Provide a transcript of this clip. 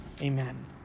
amen